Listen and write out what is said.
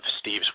steve's